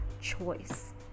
choice